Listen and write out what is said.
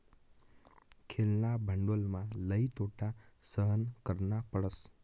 खेळणा भांडवलमा लई तोटा सहन करना पडस